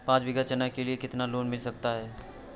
पाँच बीघा चना के लिए कितना लोन मिल सकता है?